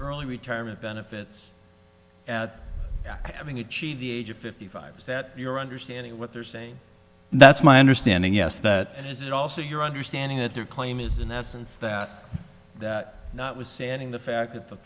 early retirement benefits at having achieved the age of fifty five is that your understanding of what they're saying that's my understanding yes that is it also your understanding that their claim is in essence that that notwithstanding the fact that the